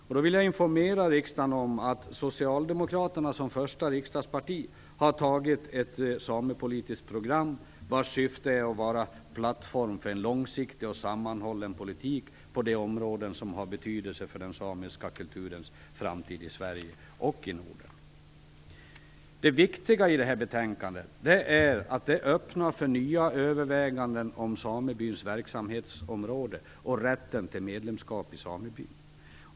Jag vill informera riksdagen om att socialdemokraterna som första riksdagsparti har antagit ett samepolitisk program vars syfte är att vara plattform för en långsiktig och sammanhållen politik på de områden som har betydelse för den samiska kulturens framtid i Sverige och i Norden. Det viktiga i betänkandet är att det öppnar för nya överväganden om samebyns verksamhetsområde och rätten till medlemskap i samebyn.